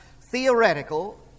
theoretical